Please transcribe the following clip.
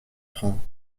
francs